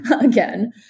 again